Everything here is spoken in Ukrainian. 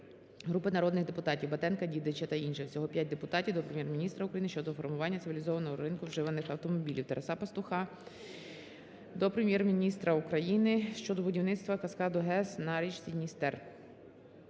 Групи народних депутатів (Батенка, Дідича та інших. Всього 5 депутатів) до Прем'єр-міністра України щодо формування цивілізованого ринку вживаних автомобілів. Тараса Пастуха до Прем'єр-міністра України щодо будівництва каскаду ГЕС на річці Дністер.